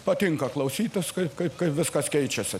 patinka klausytis kaip kaip viskas keičiasi